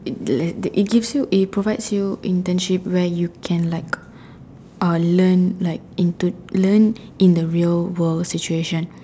like it gives you it provides you internship right you can like uh learn like into learn in the real world situation